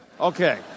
Okay